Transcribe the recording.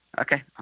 Okay